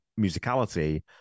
musicality